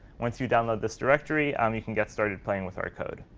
once you download this directory, um you can get started playing with our code.